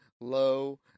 low